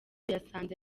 yasanze